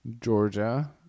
Georgia